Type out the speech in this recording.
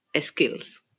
Skills